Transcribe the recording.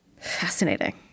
Fascinating